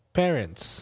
parents